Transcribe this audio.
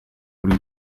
kuri